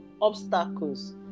obstacles